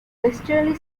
westerly